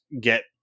get